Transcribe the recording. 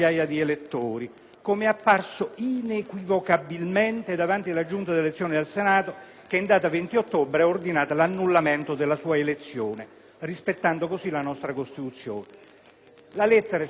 come è apparso inequivocabilmente davanti alla Giunta delle elezioni al Senato che, in data 20 ottobre, ha ordinato l'annullamento della sua elezione, rispettando così la nostra Costituzione. La lettera l'avete tutti